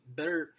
better